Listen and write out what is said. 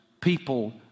people